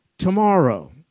tomorrow